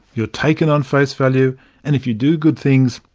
you're taken on face value and if you do good things,